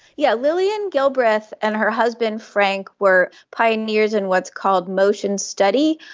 yeah lillian gilbreth and her husband frank were pioneers in what's called motion study,